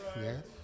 yes